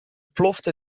plofte